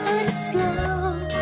explode